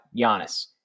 Giannis